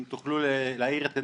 אם תוכלו להאיר את עיניי,